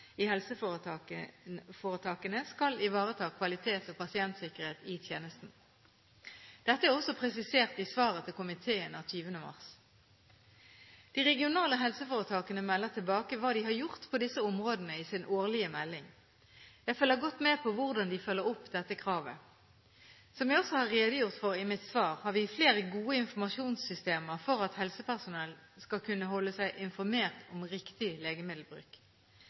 i helseforetakene skal ivareta kvalitet og pasientsikkerhet i tjenestene. Dette er også presisert i svaret av 20. mars til komiteen. De regionale helseforetakene melder tilbake hva de har gjort på disse områdene i sin årlige melding. Jeg følger godt med på hvordan de følger opp dette kravet. Som jeg også har redegjort for i mitt svar, har vi flere gode informasjonssystemer for at helsepersonell skal kunne holde seg informert om riktig legemiddelbruk.